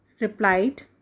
replied